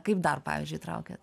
kaip dar pavyzdžiui traukiat